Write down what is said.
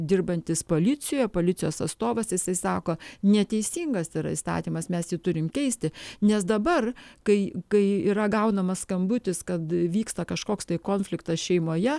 dirbantis policijoje policijos atstovas jisai sako neteisingas yra įstatymas mes jį turim keisti nes dabar kai kai yra gaunamas skambutis kad vyksta kažkoks tai konfliktas šeimoje